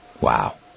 Wow